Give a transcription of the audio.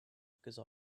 because